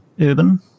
urban